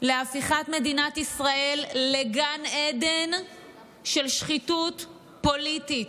להפיכת מדינת ישראל לגן עדן של שחיתות פוליטית.